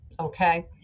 Okay